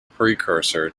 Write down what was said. precursor